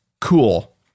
cool